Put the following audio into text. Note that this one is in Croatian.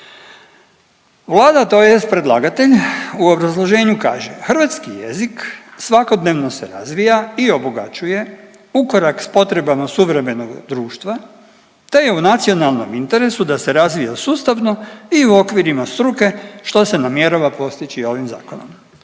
Vlada tj. predlagatelj u obrazloženju kaže, hrvatski jezik svakodnevno se razvija i obogaćuje ukorak s potrebama suvremenog društva, te je u nacionalnom interesu da se razvija sustavno i u okvirima struke, što se namjerava postići ovim zakonom.